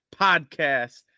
podcast